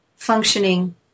Functioning